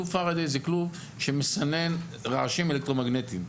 כלוב פאראדיי זה כלוב שמסנן רעשים אלקטרומגנטיים.